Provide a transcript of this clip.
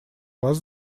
вас